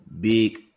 big